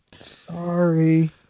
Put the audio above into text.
Sorry